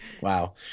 wow